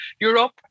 Europe